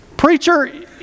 Preacher